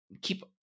keep